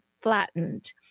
flattened